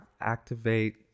activate